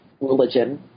religion